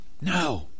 No